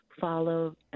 follow